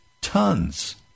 tons